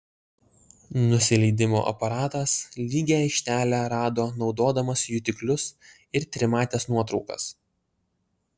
nusileidimo aparatas lygią aikštelę rado naudodamas jutiklius ir trimates nuotraukas